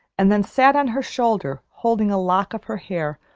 and then sat on her shoulder holding a lock of her hair,